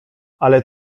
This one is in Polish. ale